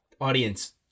audience